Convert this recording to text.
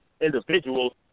individuals